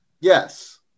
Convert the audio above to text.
Yes